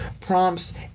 prompts